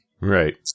Right